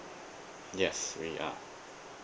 yes we are